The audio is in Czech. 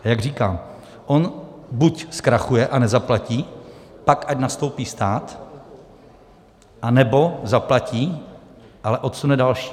Jak říkám, on buď zkrachuje a nezaplatí, pak ať nastoupí stát, anebo zaplatí, ale odsune další.